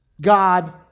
God